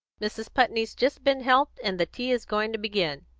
mrs. putney's just been helped, and the tea is going to begin.